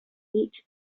eat